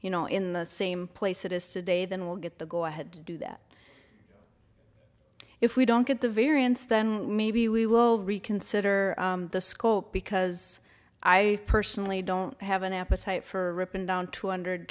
you know in the same place it is today then we'll get the go ahead do that if we don't get the variance then maybe we will reconsider the scope because i personally don't have an appetite for ripping down two hundred